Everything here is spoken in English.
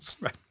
Right